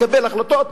לקבל החלטות ולהחרים.